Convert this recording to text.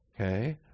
okay